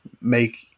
make